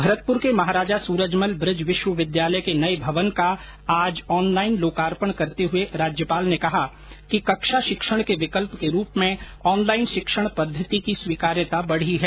भरतपुर के महाराजा सूरजमल बुज विश्वविद्यालय के नये भवन का आज ऑनलाईन लोकार्पण करते हये राज्यपाल ने कहा कि कक्षा शिक्षण के विकल्प के रूप में ऑनलाईन शिक्षण पद्धति की स्वीकार्यता बढ़ी है